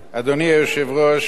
אדוני היושב-ראש,